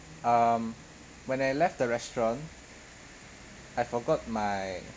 um when I left the restaurant I forgot my